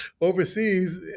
overseas